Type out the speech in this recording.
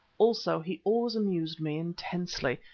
also, he always amused me intensely,